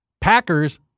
Packers